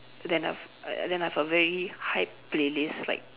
then I've uh then I've a very hyped playlist like